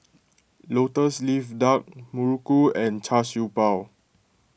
Lotus Leaf Duck Muruku and Char Siew Bao